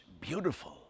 beautiful